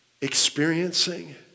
experiencing